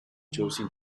chosen